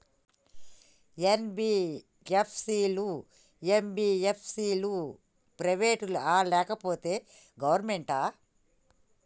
NBFC లు, MBFC లు private ఆ లేకపోతే గవర్నమెంటా?